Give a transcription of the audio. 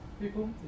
people